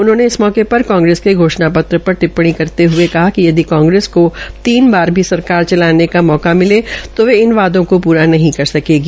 उन्होंने इस मौके पर कांग्रेस के घोषण पत्र पर टिपपणी करते हये कहा कि यदि कांग्रेस को तीन बार भी सरकार भी बचाने का अवसर मिले तो वे इन वायदों को पूरा नही कर सकेगी